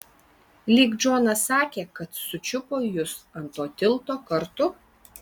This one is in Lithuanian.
lyg džonas sakė kad sučiupo jus ant to tilto kartu